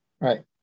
Right